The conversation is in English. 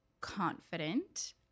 confident